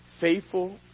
Faithful